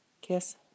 Kiss